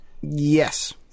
Yes